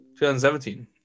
2017